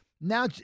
Now